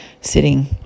Sitting